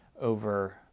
over